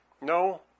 No